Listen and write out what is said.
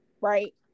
Right